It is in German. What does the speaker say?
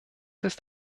ist